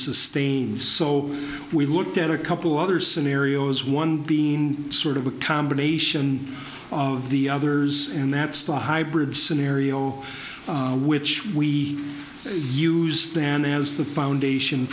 sustained so we looked at a couple of other scenarios one being sort of a combination of the others and that's the hybrid scenario which we use then as the foundation